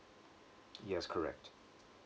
yes correct